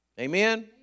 Amen